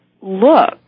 look